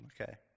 Okay